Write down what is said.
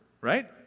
Right